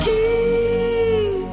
Keep